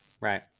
right